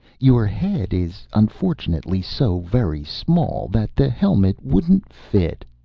your head is unfortunately so very small that the helmet wouldn't fit